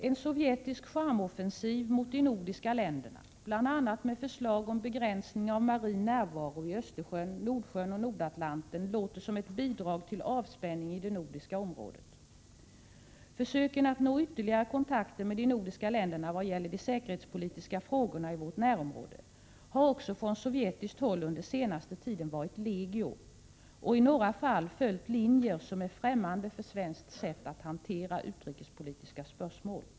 En sovjetisk charmoffensiv mot de nordiska länderna, bl.a. med förslag om begränsning av marin närvaro i Östersjön, Nordsjön och Nordatlanten, låter som ett bidrag till avspänning i det nordiska området. Försöken att nå ytterligare kontakter med de nordiska länderna vad gäller de säkerhetspolitiska frågorna i vårt närområde har också från sovjetiskt håll under senaste tiden varit legio och i några fall följt linjer som är främmande för svenskt sätt att hantera utrikespolitiska spörsmål.